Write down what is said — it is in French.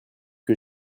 que